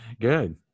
Good